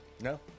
No